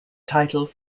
title